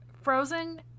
Frozen